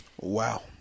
Wow